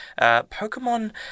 Pokemon